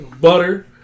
Butter